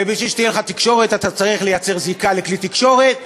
ובשביל שתהיה לך תקשורת אתה צריך לייצר זיקה לכלי תקשורת,